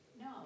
No